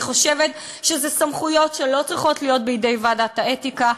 אני חושבת שאלה סמכויות שלא צריכות להיות בידי ועדת האתיקה,